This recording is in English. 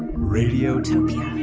radiotopia